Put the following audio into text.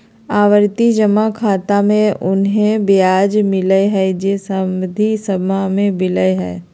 आवर्ती जमा खाता मे उहे ब्याज मिलय हइ जे सावधि जमा में मिलय हइ